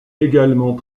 également